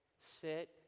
sit